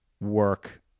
work